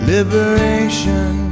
Liberation